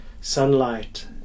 sunlight